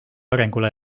arengule